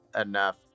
enough